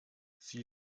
sie